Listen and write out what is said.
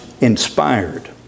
inspired